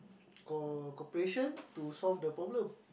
cor~ cooperation to solve the problem